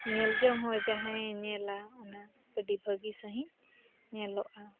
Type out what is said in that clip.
ᱧᱮᱞᱡᱚᱝ ᱦᱚᱸ ᱡᱟᱦᱟᱸᱭᱮ ᱧᱮᱞᱟ ᱚᱱᱟ ᱟᱹᱰᱤ ᱵᱷᱟᱹᱜᱤ ᱥᱟᱺᱦᱤᱡ ᱧᱮᱞᱚᱜᱼᱟ